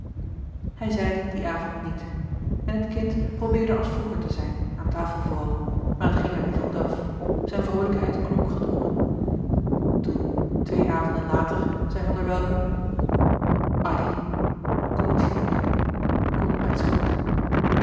hij zeide het dien avond niet en het kind probeerde als vroeger te zijn aan tafel vooral maar het ging hem niet goed af zijne vroolijkheid klonk gedwongen toen twee avonden later zei van der welcke addy kom eens hier kom op mijn schoot